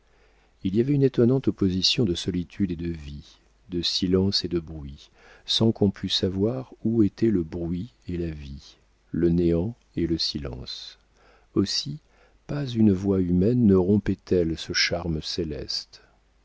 il y avait une étonnante opposition de solitude et de vie de silence et de bruit sans qu'on pût savoir où était le bruit et la vie le néant et le silence aussi pas une voix humaine ne rompait elle ce charme céleste